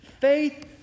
Faith